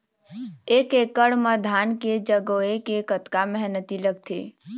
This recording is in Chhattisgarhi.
एक एकड़ म धान के जगोए के कतका मेहनती लगथे?